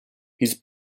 his